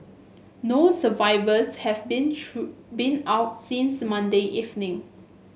no survivors have been true been out since Monday evening